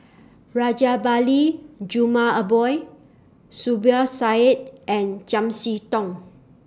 Rajabali Jumabhoy Zubir Said and Chiam See Tong